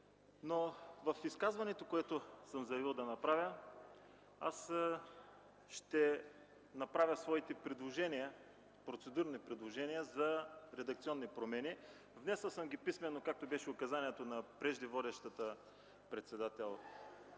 В изказването, което съм заявил да направя, ще представя своите процедурни предложения за редакционни промени. Внесъл съм ги писмено, както беше указанието на преждеводещата заседанието.